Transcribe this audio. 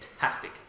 fantastic